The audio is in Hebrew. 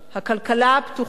הכלכלה הפתוחה,